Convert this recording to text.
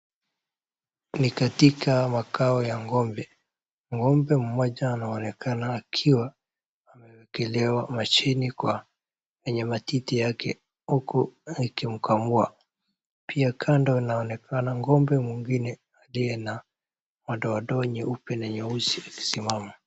Ni katika makao ya ng'ombe, ng'ombe mmoja anaonekana akiwa amewekelewa mashini kwenye matiti yake huku akimkamua pia kando inaonekana n'gombe mwingine aliye na madoadoa nyeupe na nyeusi akisimama.